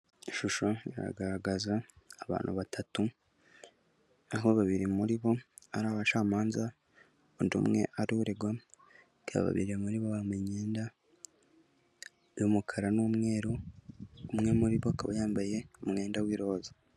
Ishusho iragaragaza abantu batatu, aho babiri muri bo ari abacamanza, undi umwe ari uregwa, babiri muri bo bambaye imyenda y'umukara n'umweru, umwe muri bo yambaye umwenda w'iroza.